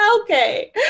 Okay